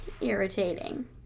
Irritating